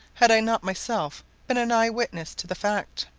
had i not myself been an eyewitness to the fact.